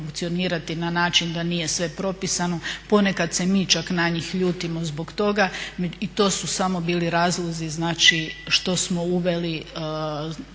funkcionirati na način da nije sve propisano. Ponekad se mi čak na njih ljutimo zbog toga. I to su samo bili razlozi znači što smo uveli,